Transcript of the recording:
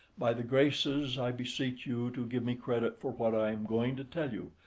by the graces i beseech you to give me credit for what i am going to tell you,